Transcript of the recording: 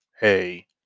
hey